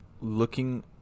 looking –